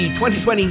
2020